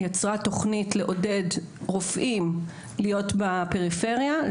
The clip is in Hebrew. יצרה תכנית לעודד רופאים להגיע לפריפריה.